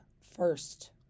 first